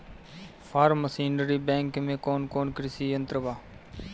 Form machinery bank में कौन कौन कृषि यंत्र बा?